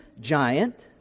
giant